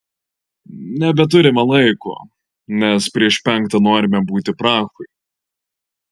nebeturime laiko nes prieš penktą norime būti prahoj